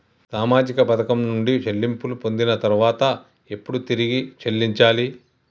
సామాజిక పథకం నుండి చెల్లింపులు పొందిన తర్వాత ఎప్పుడు తిరిగి చెల్లించాలి?